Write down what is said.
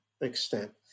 extent